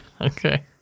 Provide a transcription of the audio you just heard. Okay